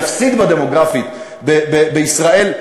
שנפסיד בה דמוגרפית בישראל,